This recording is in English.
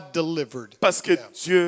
delivered